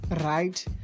right